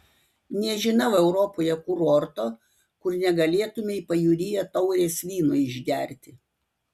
nežinau europoje kurorto kur negalėtumei pajūryje taurės vyno išgerti